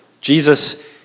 Jesus